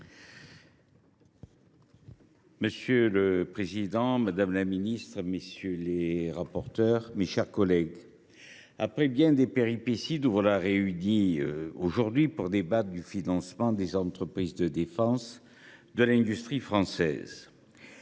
Monsieur le président, madame la ministre, mes chers collègues, après bien des péripéties, nous voilà réunis aujourd’hui pour débattre du financement des entreprises de défense de l’industrie française.